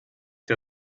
der